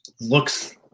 looks